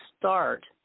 start